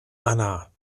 anna